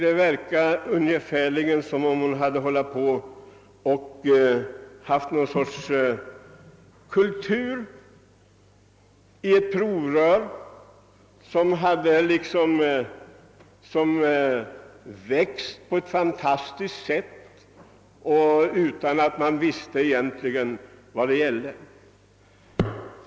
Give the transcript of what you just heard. Det verkade ungefärligen som om hon hade odlat någon sorts kultur i ett provrör som hade vuxit på ett fantastiskt sätt utan att man egentligen visste vad som hade hänt.